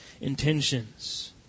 intentions